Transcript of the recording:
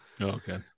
Okay